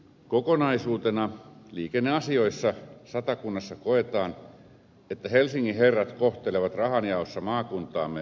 kokonaisuutena liikenneasioissa satakunnassa koetaan että helsingin herrat kohtelevat rahanjaossa maakuntaamme epäoikeudenmukaisesti